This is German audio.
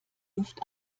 luft